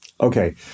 Okay